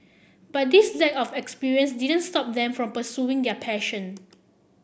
but this lack of experience didn't stop them from pursuing their passion